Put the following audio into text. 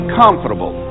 comfortable